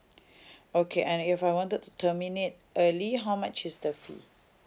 okay and if I wanted to terminate early how much is the fee